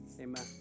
Amen